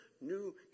new